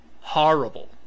Horrible